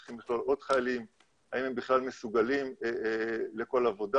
צריך לקבל כאן אישורים של משרדים אחרים.